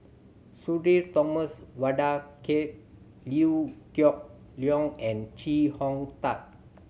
Sudhir Thomas Vadaketh Liew Geok Leong and Chee Hong Tat